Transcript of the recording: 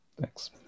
thanks